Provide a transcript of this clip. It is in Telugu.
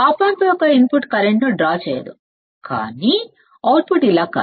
ఆప్ ఆంప్ యొక్క ఇన్పుట్ కరెంట్ను డ్రా చేయదు కానీ అవుట్పుట్ ఇలా కాదు